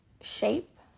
shape